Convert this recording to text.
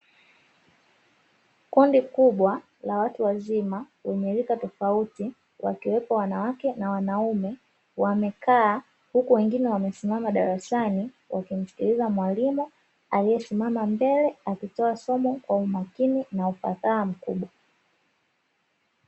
Kundi kubwa la watu wazima lenye rika tofauti, wakiwepo wanawake na wanaume, wamekaa huku wengine wamesimama darasani wakimsikiliza mwalimu aliyesimama mbele akitoa somo kwa umakini na ufasaha mkubwa.